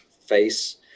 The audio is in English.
face